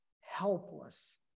helpless